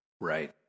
Right